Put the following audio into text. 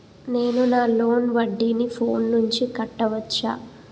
నేను నా లోన్ వడ్డీని ఫోన్ నుంచి కట్టవచ్చా?